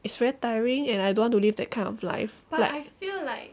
it's very tiring and I don't want to live that kind of life like